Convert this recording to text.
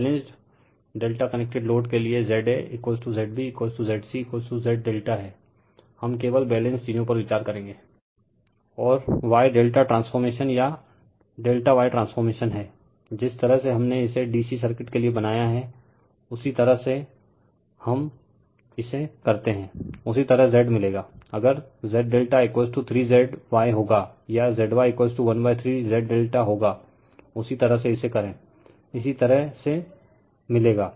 balanced ∆ connected load के लिए ZaZb ZcZ∆हैl हम केवल बैलेंस्ड चीजो पर विचार करेंगेl Refer Slide Time 1821 और Y∆ ट्रांसफॉर्मेशन या ∆Y ट्रांसफॉर्मेशन हैंl जिस तरह से हमने इसे DC सर्किट के लिए बनाया है उसी तरह से हम इसे करते हैंl उसी तरह Z मिलेगाl अगर Z∆3ZY होगा या ZY 13 Z∆होगाl उसी तरह से इसे करे इसी तरह इसे मिलेगा